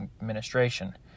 administration